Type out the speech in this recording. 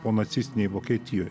o nacistinėj vokietijoj